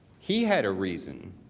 he had a reason,